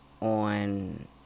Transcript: on